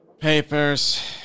Papers